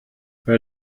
wer